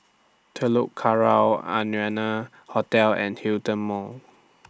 Telok Kurau Arianna Hotel and Hillion Mall